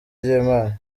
ry’imana